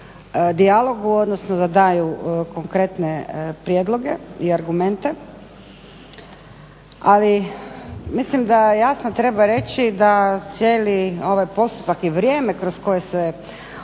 odnosno da daju konkretne prijedloge i argumente, ali mislim da jasno treba reći da cijeli ovaj postupak i vrijeme kroz koje se ovaj